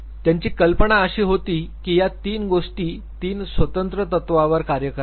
त्यांची कल्पना अशी होती की या 3 गोष्टी 3 स्वतंत्र तत्त्वांवर कार्य करतात